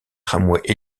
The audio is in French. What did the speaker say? tramways